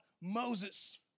Moses